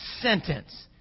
sentence